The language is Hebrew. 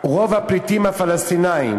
רוב הפליטים הפלסטינים